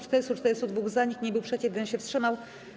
442 - za, nikt nie był przeciw, 1 się wstrzymał.